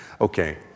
Okay